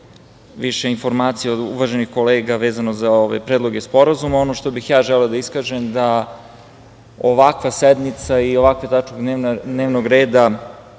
više informacija od uvaženih kolega vezano za predloge sporazuma. Ono što bih ja želeo da iskažem je da ovakva sednica i ovakve tačke dnevnog reda